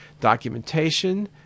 Documentation